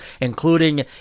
including